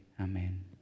Amen